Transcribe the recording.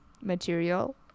material